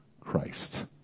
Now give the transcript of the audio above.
Christ